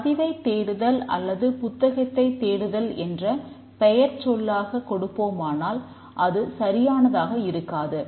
பதிவைத் தேடுதல் அல்லது புத்தகத்தை தேடுதல் என்ற பெயர்ச் சொல்லாகக் கொடுப்போமானால் அது சரியானதாக இருக்காது